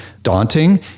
daunting